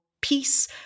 peace